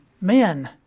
men